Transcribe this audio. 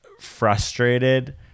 frustrated